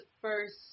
first